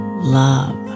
love